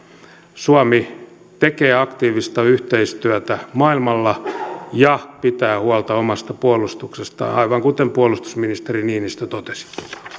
suomi tekee aktiivista yhteistyötä maailmalla ja pitää huolta omasta puolustuksestaan aivan kuten puolustusministeri niinistö totesi